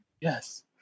Yes